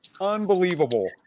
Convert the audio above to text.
unbelievable